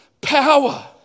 power